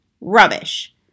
Rubbish